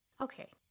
Okay